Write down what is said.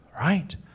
right